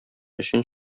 өчен